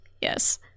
Yes